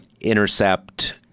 intercept